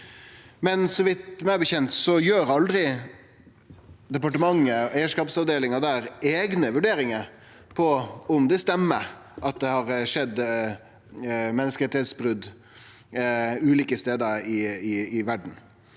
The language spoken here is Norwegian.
Så vidt eg veit, gjer aldri departementet og eigarskapsavdelinga der eigne vurderingar av om det stemmer at det har skjedd menneskerettsbrot ulike stader i verda,